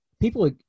People